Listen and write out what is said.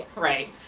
right.